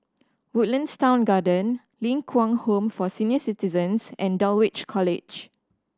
Woodlands Town Garden Ling Kwang Home for Senior Citizens and Dulwich College